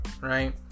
Right